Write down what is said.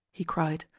he cried.